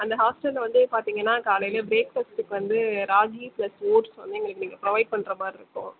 அந்த ஹாஸ்ட்டல் வந்து பார்த்தீங்கனா காலையில் ப்ரேக்ஃபஸ்ட்டுக்கு வந்து ராகி ப்ளஸ் ஓட்ஸ் வந்து எங்களுக்கு நீங்கள் ப்ரொவைட் பண்ணுற மாதிரி இருக்கும்